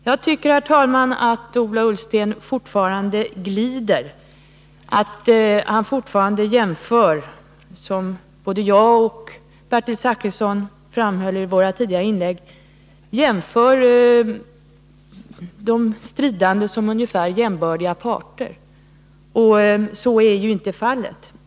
Jag tycker, herr talman, att Ola Ullsten fortfarande glider, att han fortfarande jämför — vilket både jag och Bertil Zachrisson framhöll i våra tidigare inlägg — de stridande som ungefär jämbördiga parter. Så är inte fallet.